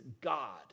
God